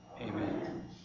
Amen